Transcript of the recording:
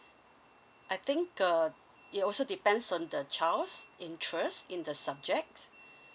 I think uh it also depends on the child's interest in the subject